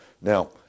Now